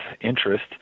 interest